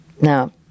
Now